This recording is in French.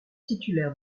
titulaire